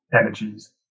energies